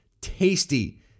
tasty